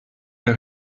der